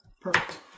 Perfect